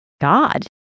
God